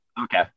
Okay